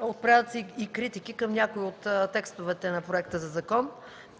Отправят се и критики към някои от текстовете на проекта за закон.